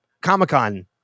Comic-Con